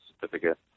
certificate